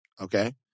okay